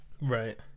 Right